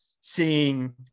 seeing